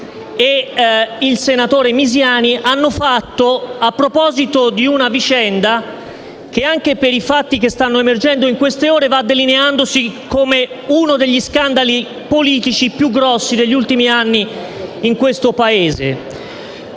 e il senatore Misiani, hanno presentato a proposito di una vicenda che, anche per i fatti che stanno emergendo nelle ultime ore, va delineandosi come uno degli scandali politici più grossi degli ultimi anni in questo Paese.